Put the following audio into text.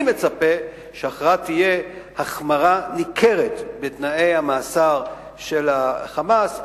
אני מצפה שהכרעה תהיה החמרה ניכרת בתנאי המאסר של ה"חמאס",